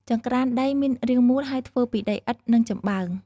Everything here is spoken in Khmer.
ចង្រ្កានដីមានរាងមូល ហើយធ្វើពីឥដ្ឋ និងចំបើង ។